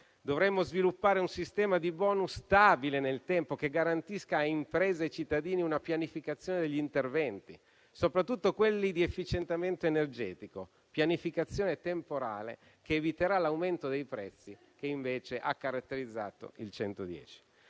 Dovremmo sviluppare un sistema di bonus stabile nel tempo, che garantisca a imprese e cittadini una pianificazione degli interventi, soprattutto quelli di efficientamento energetico; pianificazione temporale che eviterà l'aumento dei prezzi, che invece ha caratterizzato il